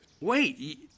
Wait